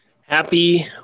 happy